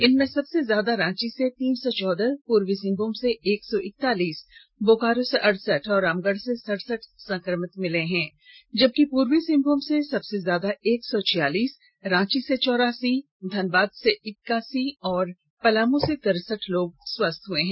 इनमें सबसे ज्यादा रांची से तीन सो चौदह पूर्वी सिंहभूम से एक सौ इकतालीस बोकारो से अड़सठ और रामगढ़ से सड़सठ संक्रमित मिले हैं जबकि पूर्वी सिंहभूम से सबसे ज्यादा एक सौ छियालीस रांची से चौरासी धनबाद से इक्कासी और पलामू से तिरसठ लोग स्वस्थ हुए हैं